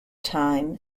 time